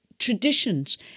traditions